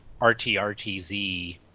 RTRTZ